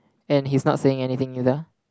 and he's not saying anything either